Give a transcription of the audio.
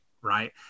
right